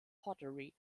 pottery